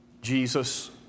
Jesus